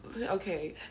okay